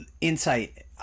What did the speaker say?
insight